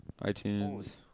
iTunes